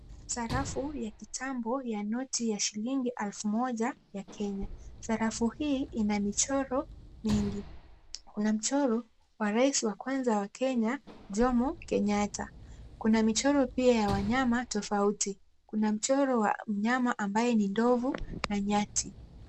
Sarafu ya kitambo ya noti ya shilingi elfu moja ya kenya. Sarafu hii ina michoro mingi. Kuna mchoro wa rais wa kwanza wa kenya Jomo Kenyatta. Kuna michoro pia ya wanyama tofauti. Kuna michoro wa mnyama ambaye ni ndovu na nyati.